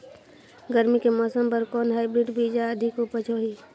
गरमी के मौसम बर कौन हाईब्रिड बीजा अधिक उपज होही?